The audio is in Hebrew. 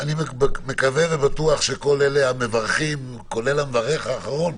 אני מקווה ובטוח שכל המברכים, כולל המברך האחרון,